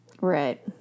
Right